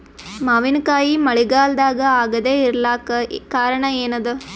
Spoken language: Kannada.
ಮಾವಿನಕಾಯಿ ಮಳಿಗಾಲದಾಗ ಆಗದೆ ಇರಲಾಕ ಕಾರಣ ಏನದ?